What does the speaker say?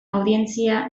audientzia